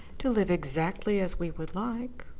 to live exactly as we would like,